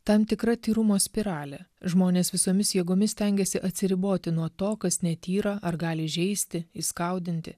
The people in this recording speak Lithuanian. tam tikra tyrumo spiralė žmonės visomis jėgomis stengiasi atsiriboti nuo to kas netyra ar gali įžeisti įskaudinti